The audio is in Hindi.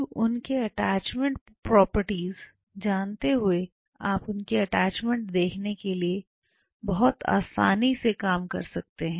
अब उनके अटैचमेंट प्रॉपर्टीज जानते हुए आप उनकी अटैचमेंट देखने के लिए बहुत आसान से काम कर सकते हैं